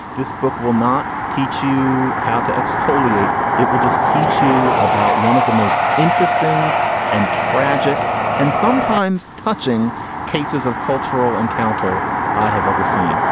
this book will not teach you how to exfoliate it will just teach you about one of the most interesting and tragic and sometimes touching cases of cultural encounter i have ever seen.